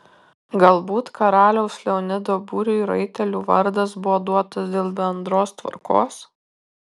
galbūt karaliaus leonido būriui raitelių vardas buvo duotas dėl bendros tvarkos